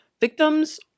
Victims